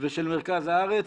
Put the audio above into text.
ושל מרכז הארץ,